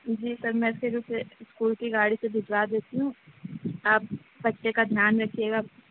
جی sir میں پھر اسے اسکول کی گاڑی سے بھجوا دیتی ہوں آپ بچے کا دھیان رکھیے گا